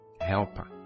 helper